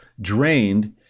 drained